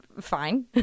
fine